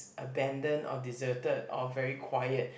abandon or deserted or very quiet